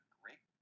great